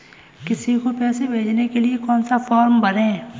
किसी को पैसे भेजने के लिए कौन सा फॉर्म भरें?